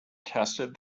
tested